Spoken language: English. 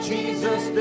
Jesus